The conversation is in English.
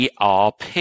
ERP